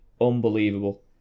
unbelievable